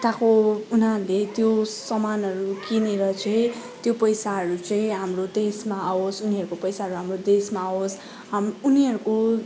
उताको उनीहरूले त्यो सामानहरू किनेर चाहिँ त्यो पैसाहरू चाहिँ हाम्रो देशमा आवोस् उनीहरूको पैसाहरू हाम्रो देशमा आवोस् हाम् उनीहरूको